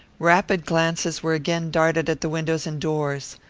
rapid glances were again darted at the windows and door.